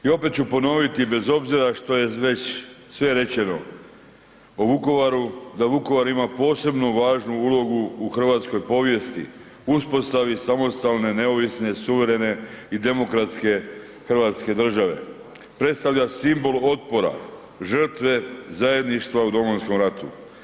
I opet ću ponoviti bez obzira što je već sve rečeno o Vukovaru, da Vukovar ima posebnu važnu ulogu u hrvatskoj povijesti, uspostavi samostalne, neovisne, suverene i demokratske Hrvatske države, predstavlja simbole otpora, žrtve zajedništva u Domovinskom ratu.